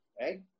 right